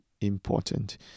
important